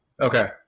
Okay